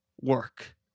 work